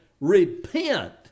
Repent